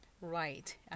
right